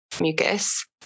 mucus